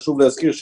חשוב להזכיר,